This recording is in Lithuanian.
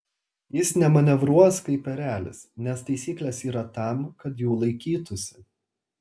jis nemanevruos kaip erelis nes taisyklės yra tam kad jų laikytųsi